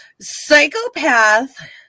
psychopath